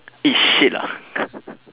eat shit lah